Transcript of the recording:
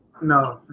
no